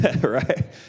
right